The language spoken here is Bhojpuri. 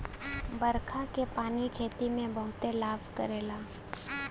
बरखा के पानी खेती में बहुते लाभ करेला